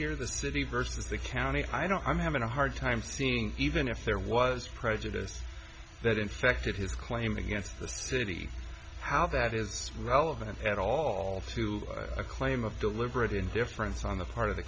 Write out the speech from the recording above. here the city versus the county i don't i'm having a hard time even if there was prejudice that infected his claim against the city how that is relevant at all to a claim of deliberate indifference on the part of the